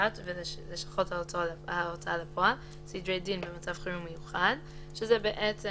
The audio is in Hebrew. המשפט ולשכות ההוצאה לפועל (סדרי דין במצב חירום מיוחד)" --- שזה בעצם